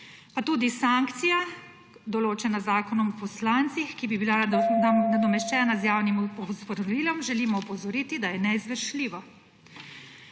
A tudi sankcija, določena z Zakonom o poslancih, ki bi bila nadomeščena z javnim opozorilom, želimo opozoriti, da je neizvršljivo.